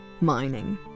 mining